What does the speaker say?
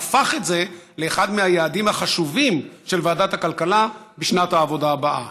והפך את זה לאחד מהיעדים החשובים של ועדת הכלכלה בשנת העבודה הבאה.